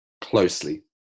closely